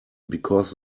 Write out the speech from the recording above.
because